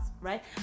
right